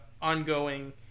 ongoing